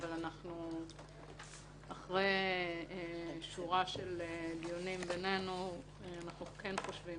אבל אחרי שורה של דיונים בינינו אנחנו כן חושבים